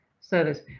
service